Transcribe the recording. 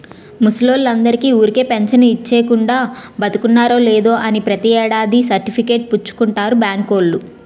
ముసలోల్లందరికీ ఊరికే పెంచను ఇచ్చీకుండా, బతికున్నారో లేదో అని ప్రతి ఏడాది సర్టిఫికేట్ పుచ్చుకుంటారు బాంకోల్లు